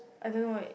I don't know it